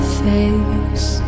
face